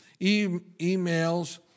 emails